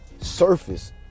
surface